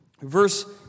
verse